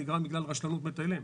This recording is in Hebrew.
נגרם בגלל רשלנות מטיילים,